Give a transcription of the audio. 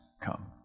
come